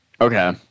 Okay